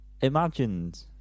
imagined